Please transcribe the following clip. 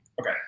okay